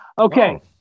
Okay